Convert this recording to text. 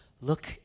look